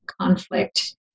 conflict